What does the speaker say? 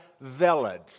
valid